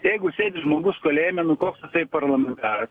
jeigu sėdi žmogus kalėjime nu koks jisai parlamentaras